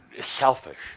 selfish